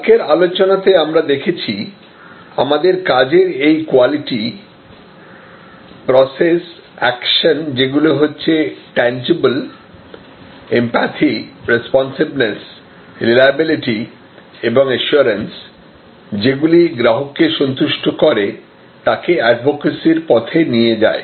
কালকের আলোচনাতে আমরা দেখেছি আমাদের কাজের এই কোয়ালিটি প্রসেস অ্যাকশান যেগুলি হচ্ছে ট্যনজিবিল এমপ্যাথি রেস্পন্সিভেনেস রিলাইবেলিটি এবং অ্যাসিওরেন্স যেগুলি গ্রাহককে সন্তুষ্ট করে তাকে অ্যাডভোকেসির পথে নিয়ে যায়